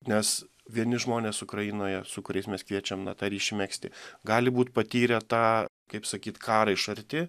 nes vieni žmonės ukrainoje su kuriais mes kviečiam na tą ryšį megzti gali būt patyrę tą kaip sakyt karą iš arti